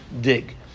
dig